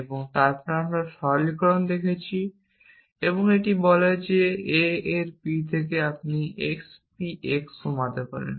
এবং তারপরে আমরা সাধারণীকরণ দেখেছি এটি বলে যে a এর p থেকে আপনি x p x কমাতে পারেন